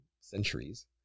centuries